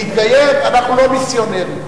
להתגייר, אנחנו לא מיסיונרים.